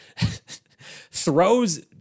throws